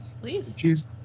please